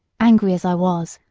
angry as i was,